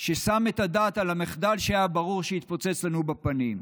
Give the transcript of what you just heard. ששם את הדעת על המחדל שהיה ברור שיתפוצץ לנו בפנים.